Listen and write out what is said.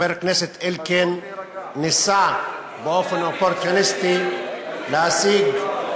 חבר הכנסת אלקין ניסה באופן אופורטוניסטי להשיג,